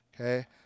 Okay